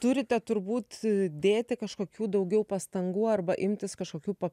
turite turbūt dėti kažkokių daugiau pastangų arba imtis kažkokių pa